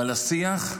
אבל לשיח,